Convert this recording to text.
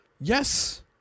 Yes